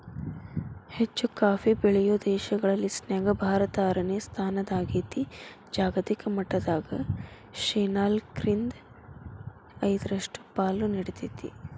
ಹೆಚ್ಚುಕಾಫಿ ಬೆಳೆಯೋ ದೇಶಗಳ ಲಿಸ್ಟನ್ಯಾಗ ಭಾರತ ಆರನೇ ಸ್ಥಾನದಾಗೇತಿ, ಜಾಗತಿಕ ಮಟ್ಟದಾಗ ಶೇನಾಲ್ಕ್ರಿಂದ ಐದರಷ್ಟು ಪಾಲು ನೇಡ್ತೇತಿ